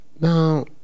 Now